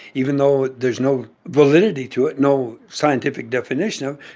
even though there's no validity to it, no scientific definition of